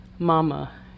Mama